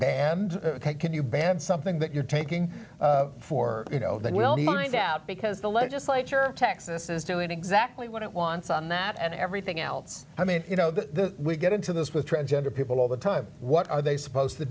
banned can you ban something that you're taking for you know that will be mined out because the legislature texas this is doing exactly what it wants on that and everything else i mean you know the we get into this with transgender people all the time what are they supposed to